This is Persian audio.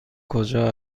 کجا